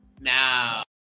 now